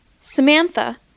Samantha